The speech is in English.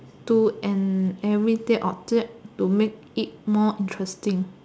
to an everyday object to make it more interesting